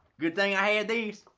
good think i had this.